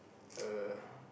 a